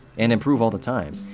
and improve all the time,